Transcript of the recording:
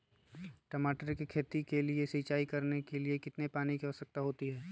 टमाटर की खेती के लिए सिंचाई करने के लिए कितने पानी की आवश्यकता होती है?